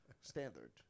standard